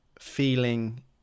feeling